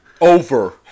Over